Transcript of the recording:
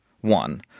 One